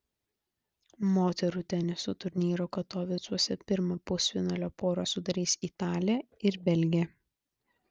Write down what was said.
moterų teniso turnyro katovicuose pirmą pusfinalio porą sudarys italė ir belgė